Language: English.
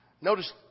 Notice